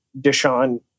Deshaun